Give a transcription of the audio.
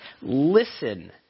Listen